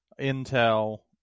Intel